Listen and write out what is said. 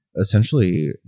essentially